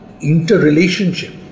interrelationship